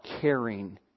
caring